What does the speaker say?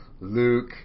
Luke